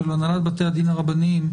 של הנהלת בתי הדין הרבניים,